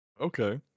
Okay